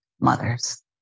mothers